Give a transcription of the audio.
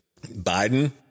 Biden